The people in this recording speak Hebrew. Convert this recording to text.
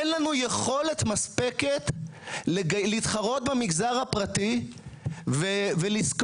אין לנו יכולת מספקת להתחרות במגזר הפרטי ולשכור